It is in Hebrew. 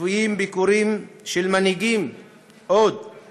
צפויים ביקורים של עוד מנהיגים בישראל,